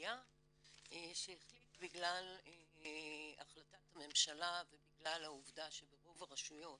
העלייה והקליטה שהחליט בגלל החלטת הממשלה ובגלל העובדה שברוב הרשויות